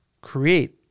create